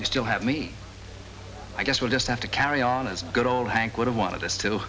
you still have me i guess we'll just have to carry on as good old hank would have wanted us to